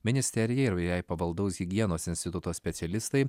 ministerija ir jai pavaldaus higienos instituto specialistai